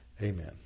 Amen